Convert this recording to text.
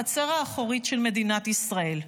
החצר האחורית של מדינת ישראל.